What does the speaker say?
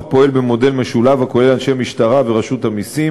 פועל במודל משולב הכולל אנשי משטרה ורשות המסים,